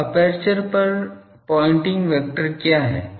अब एपर्चर पर pointing vector क्या है